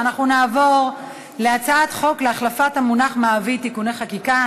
אנחנו נעבור להצעת חוק להחלפת המונח מעביד (תיקוני חקיקה),